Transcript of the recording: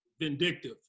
vindictive